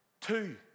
Two